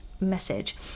message